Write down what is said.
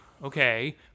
Okay